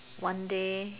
one day